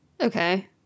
Okay